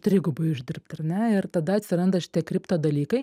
trigubai uždirbt ar ne ir tada atsiranda šitie kripto dalykai